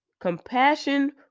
Compassion